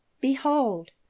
behold